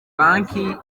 banki